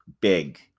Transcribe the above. big